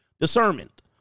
discernment